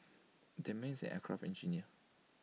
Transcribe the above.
that man is aircraft engineer